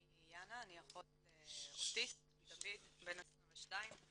אני יאנה, אני אחות לאוטיסט, דוד, בן 22,